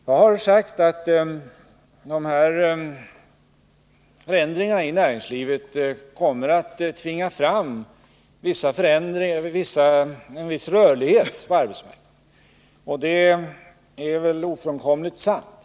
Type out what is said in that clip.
Jag har sagt att förändringarna i näringslivet kommer att tvinga fram en viss rörlighet på arbetsmarknaden. Det är väl ofrånkomligen sant.